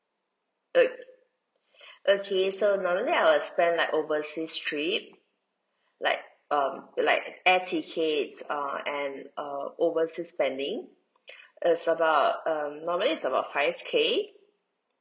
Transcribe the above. uh okay so normally I will spend like overseas trip like um like air tickets uh and uh overseas spending is about uh normally is about five K